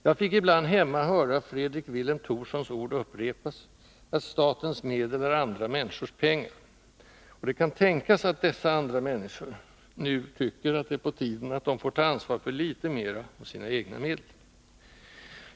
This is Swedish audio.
Jag fick ibland hemma höra Fredrik Vilhelm Thorsons ord upprepas, att ”statens medel är andra människors pengar”, och det kan tänkas att dessa ”andra mänskor” nu tycker det är på tiden att de får ta ansvar för litet mera av sina egna medel.